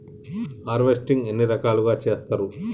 Harvesting ఎన్ని రకాలుగా చేస్తరు?